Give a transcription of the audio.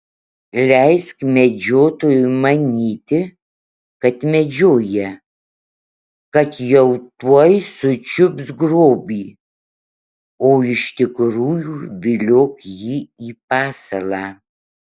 leisk medžiotojui manyti kad medžioja kad jau tuoj sučiups grobį o iš tikrųjų viliok jį į pasalą